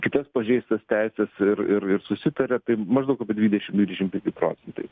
kitas pažeistas teises ir ir ir susitaria tai maždaug dvidešimt dvidešimt pipi procentai